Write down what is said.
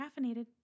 caffeinated